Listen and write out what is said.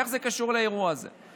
איך זה קשור לאירוע הזה?